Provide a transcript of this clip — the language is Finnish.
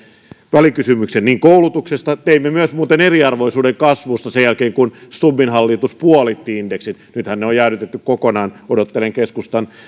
välikysymyksen niin koulutuksesta kuin myös eriarvoisuuden kasvusta sen jälkeen kun stubbin hallitus puolitti indeksin nythän ne on jäädytetty kokonaan odottelen keskustan